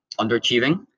underachieving